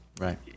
right